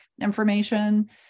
information